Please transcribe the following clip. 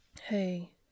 Hey